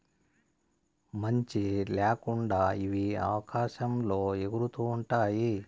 మంచి ల్యాకుండా ఇవి ఆకాశంలో ఎగురుతూ ఉంటాయి